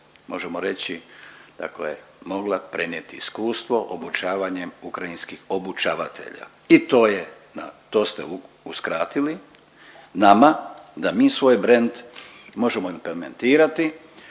možemo reći, dakle mogla prenijeti iskustvo obučavanjem ukrajinskih obučavatelja i to je, to ste uskratili nama da mi svoj brend možemo implementirati